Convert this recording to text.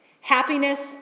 Happiness